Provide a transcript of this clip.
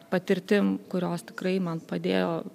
patirtim kurios tikrai man padėjo